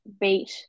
beat